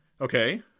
Okay